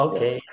Okay